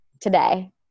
today